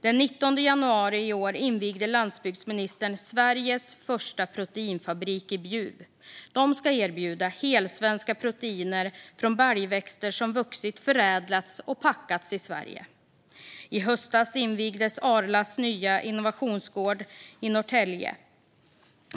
Den 19 januari i år invigde landsbygdsministern Sveriges första proteinfabrik i Bjuv, som ska erbjuda helsvenska proteiner från baljväxter som vuxit, förädlats och packats i Sverige. I höstas invigdes Arlas nya innovationsgård i Norrtälje.